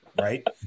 Right